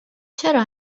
چرا